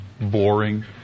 boring